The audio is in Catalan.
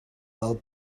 del